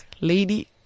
lady